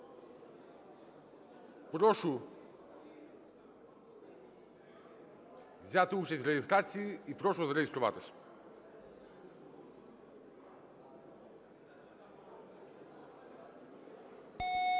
прошу взяти участь в реєстрації і прошу зареєструватись.